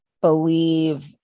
believe